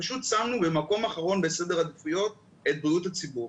פשוט שמנו במקום אחרון בסדר העדיפויות את בריאות הציבור.